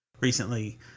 recently